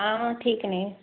ਹਾਂ ਹਾਂ ਠੀਕ ਨੇ